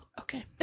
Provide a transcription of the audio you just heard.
okay